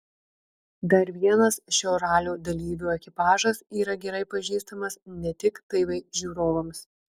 dar vienas šio ralio dalyvių ekipažas yra gerai pažįstamas ne tik tv žiūrovams